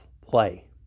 play